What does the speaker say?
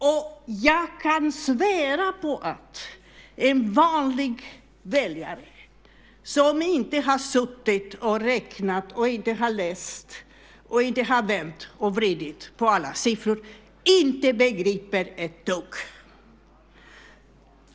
Och jag kan svära på att en vanlig väljare, som inte har suttit och räknat, inte har läst och inte har vänt och vridit på alla siffror inte begriper ett dugg!